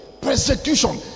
persecution